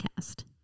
podcast